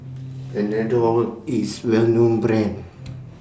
Panadol IS A Well known Brand